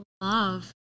love